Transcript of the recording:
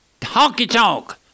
honky-tonk